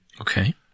okay